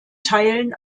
teilen